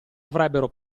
avrebbero